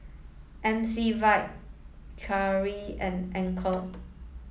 M C Vitie Carrera and Anchor